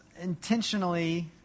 intentionally